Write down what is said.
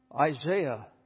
Isaiah